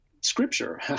Scripture